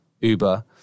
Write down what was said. uber